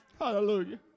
Hallelujah